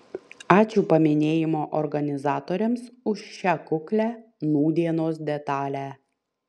ačiū paminėjimo organizatoriams už šią kuklią nūdienos detalę